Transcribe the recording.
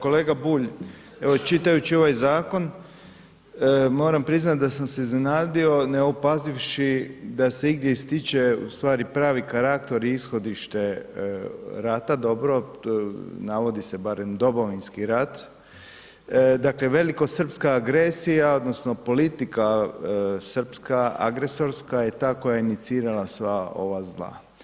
Kolega Bulj, evo čitajući ovaj zakon moram priznat da sam se iznenadio neopazivši da se igdje ističe u stvari pravi karakter i ishodište rata, dobro navodi se barem Domovinski rat, dakle, velikosrpska agresija odnosno politika srpska, agresorska je ta koja je inicirala sva ova zla.